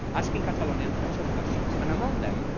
asking catalonians tons of questions, and among them,